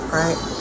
right